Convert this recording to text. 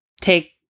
take